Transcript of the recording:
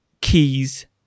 keys